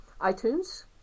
iTunes